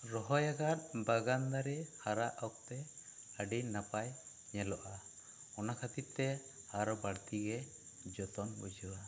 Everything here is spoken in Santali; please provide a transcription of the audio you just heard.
ᱨᱚᱦᱚᱭ ᱟᱠᱟᱫ ᱵᱟᱜᱟᱱ ᱫᱟᱨᱮ ᱦᱟᱨᱟᱜ ᱚᱠᱛᱮ ᱟᱹᱰᱤ ᱱᱟᱯᱟᱭ ᱧᱮᱞᱚᱜᱼᱟ ᱚᱱᱟ ᱠᱷᱟᱹᱛᱤᱨ ᱛᱮ ᱟᱨᱚ ᱵᱟᱹᱲᱛᱤ ᱜᱮ ᱡᱚᱛᱚᱱ ᱵᱩᱡᱷᱟᱹᱜᱼᱟ